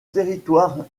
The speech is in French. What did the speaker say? territoire